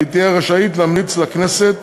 והיא תהיה רשאית להמליץ לכנסת